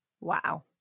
Wow